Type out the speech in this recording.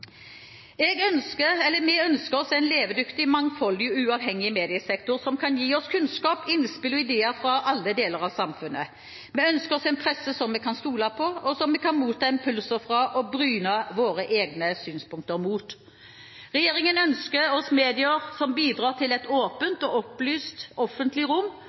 Vi ønsker oss en levedyktig, mangfoldig og uavhengig mediesektor som skal gi oss kunnskap, innspill og ideer fra alle deler av samfunnet. Vi ønsker oss en presse som vi kan stole på, og som vi kan motta impulser fra og bryne våre egne synspunkter mot. Regjeringen ønsker seg medier som bidrar til et åpent og opplyst offentlig rom